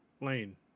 Lane